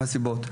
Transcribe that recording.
מכמה סיבות.